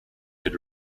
had